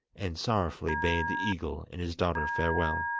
and sorrowfully bade the eagle and his daughter farewell.